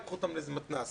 ייקחו אותם לאיזה מתנ"ס.